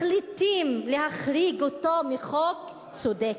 מחליטים להחריג אותו מחוק צודק.